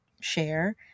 share